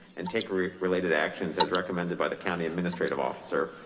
and take related actions as recommended by the county administrative officer.